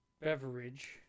beverage